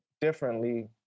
differently